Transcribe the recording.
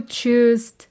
choose